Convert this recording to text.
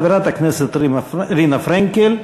חברת הכנסת רינה פרנקל,